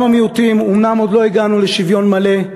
גם המיעוטים, אומנם עוד לא הגענו לשוויון מלא,